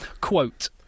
Quote